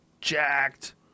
jacked